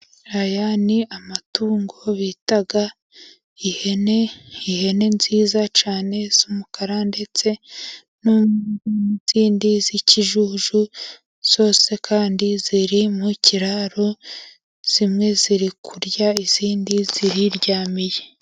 Aya ni amatungo bita ihene, ihene nziza cyane z'umukara, ndetse n'izindi z'ikijuju, zose kandi ziri mu kiraro, zimwe ziri kurya izindi ziriryamiye.